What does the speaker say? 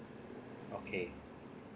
okay